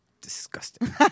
disgusting